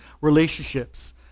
relationships